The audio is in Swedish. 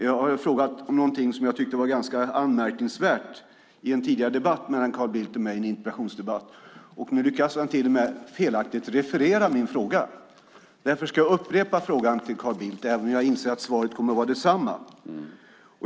Jag har frågat om någonting som jag i en tidigare interpellationsdebatt med Carl Bildt tyckte var ganska anmärkningsvärt. Nu lyckas han till och med felaktigt referera min fråga. Därför ska jag upprepa frågan till Carl Bildt, även om jag inser att svaret kommer att vara detsamma.